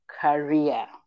career